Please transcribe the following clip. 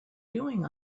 doing